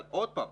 אבל עוד פעם,